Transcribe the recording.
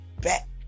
back